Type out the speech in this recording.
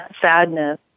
sadness